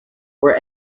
were